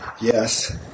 Yes